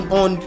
on